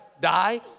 Die